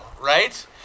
right